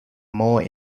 more